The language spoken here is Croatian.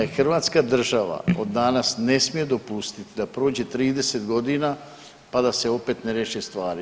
Hrvatska država od danas ne smije dopustiti da prođe 30 godina pa da se opet ne riješe stvari.